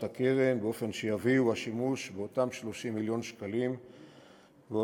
הקרן כדי שאותם 30 מיליון שקלים ינוצלו